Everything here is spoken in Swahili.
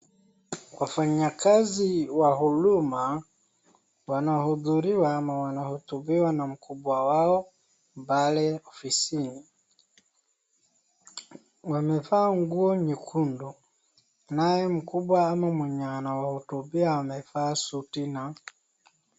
Wafanya kazi wa Huduma, wanahudhuriwa ama wanahotuniwa na mkubwa wao pale ofisini. Wamevaa nguo nyekundu, naye mkubwa ama mwenye anawahotubia amevaa suti na...